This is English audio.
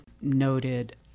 noted